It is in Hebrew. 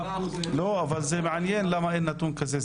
אבל זה מעניין למה אין נתון כזה,